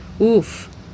Oof